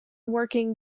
working